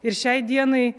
ir šiai dienai